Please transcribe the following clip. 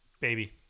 Baby